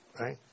Right